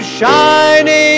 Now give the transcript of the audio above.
shining